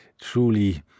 truly